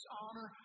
honor